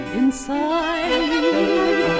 inside